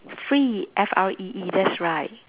free F R E E that's right